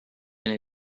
been